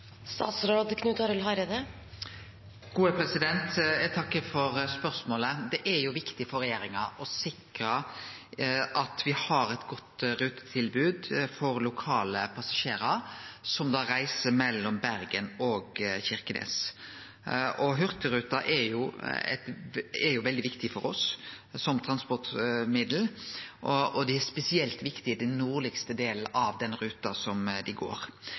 for spørsmålet. Det er jo viktig for regjeringa å sikre at me har eit godt rutetilbod for lokale passasjerar som reiser mellom Bergen og Kirkenes. Hurtigruta er jo veldig viktig for oss som transportmiddel og er spesielt viktig i den nordlegaste delen av ruta. Dette blir i dag sikra gjennom ein kontrakt der me betaler 856 mill. kr til Hurtigruten Cruise AS. Som representanten Gjelsvik seier, går